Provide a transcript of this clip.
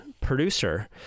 producer